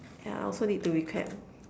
yeah I also need to recap